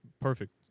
perfect